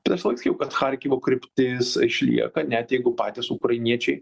tai visąlaik sakiau kad charkivo kryptis išlieka net jeigu patys ukrainiečiai